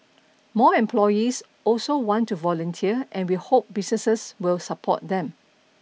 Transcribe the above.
more employees also want to volunteer and we hope businesses will support them